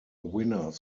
winners